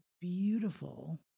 beautiful